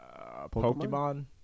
Pokemon